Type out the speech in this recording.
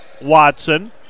Watson